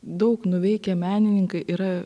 daug nuveikę menininkai yra